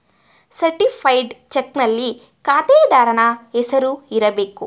certified ಚಕ್ನಲ್ಲಿ ಖಾತೆದಾರನ ಹೆಸರು ಇರಬೇಕು